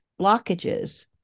blockages